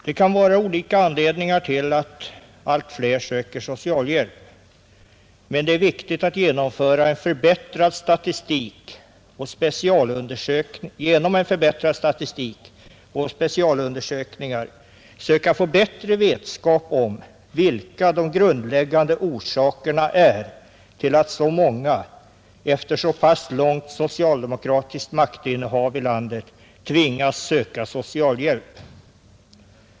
Det kan vara olika anledningar till att allt fler söker socialhjälp, men det är viktigt att genom en förbättrad statistik och specialundersökningar söka få bättre vetskap om vilka de grundläggande orsakerna är till att efter så långt socialdemokratiskt maktinnehav i landet så många tvingas söka socialhjälp.